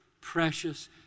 precious